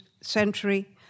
century